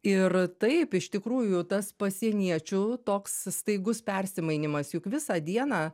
ir taip iš tikrųjų tas pasieniečių toks staigus persimainymas juk visą dieną